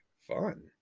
Fun